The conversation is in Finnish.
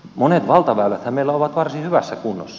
monet valtaväyläthän meillä ovat varsin hyvässä kunnossa